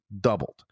doubled